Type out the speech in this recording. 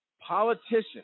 Politicians